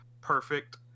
Perfect